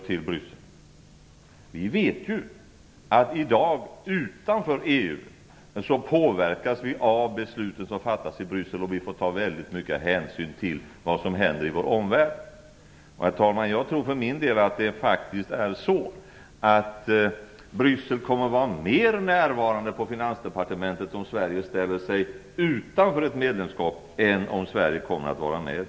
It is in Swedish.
Vi vet ju att vi i dag, när vi står utanför EU, påverkas av de beslut som fattas i Bryssel och att vi får ta väldigt mycket hänsyn till vad som händer i vår omvärld. Herr talman! Jag tror för min del att Bryssel faktiskt kommer att vara mer närvarande i Finansdepartementet om Sverige ställer sig utanför ett medlemskap än om Sverige kommer att vara med.